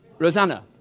Rosanna